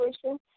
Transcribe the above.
situation